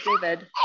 David